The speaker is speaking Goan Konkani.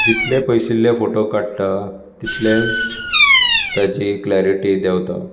जितले पयशिल्ले फोटो काडटा तितले ताजी क्लेरिटी देवता